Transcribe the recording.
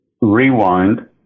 Rewind